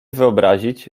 wyobrazić